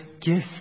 gift